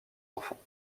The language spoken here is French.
enfants